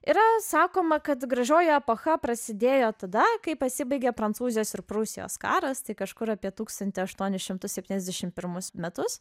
yra sakoma kad gražioji epocha prasidėjo tada kai pasibaigė prancūzijos ir prūsijos karas kažkur apie tūkstantį aštuonis šimtus septyniasdešimt pirmus metus